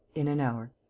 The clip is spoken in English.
in an hour,